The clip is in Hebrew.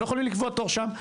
הם לא יכולים לקבוע תור שם.